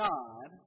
God